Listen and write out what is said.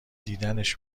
دیدنش